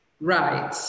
Right